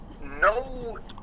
no